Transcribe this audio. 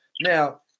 Now